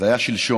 זה היה שלשום.